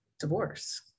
divorce